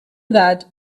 that